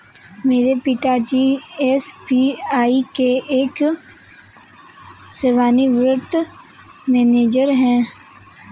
मेरे पिता जी एस.बी.आई के एक सेवानिवृत मैनेजर है